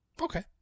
Okay